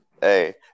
hey